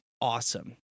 awesome